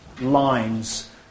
lines